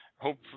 hope